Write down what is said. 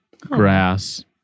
grass